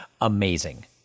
amazing